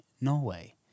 Norway